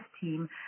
team